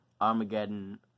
Armageddon